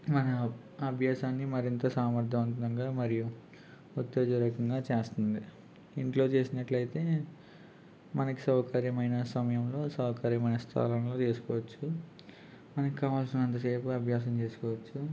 మన అభ్యాసాన్ని మరింత సామర్థ్యం వంతంగా మరియు ఉత్తేజరకంగా చేస్తుంది ఇంట్లో చేసినట్లయితే మనకు సౌకర్యమైన సమయంలో సౌకర్యమైన స్థానంలో చేసుకోవచ్చు మనకి కావాల్సినంత సేపు అభ్యాసం చేసుకోవచ్చు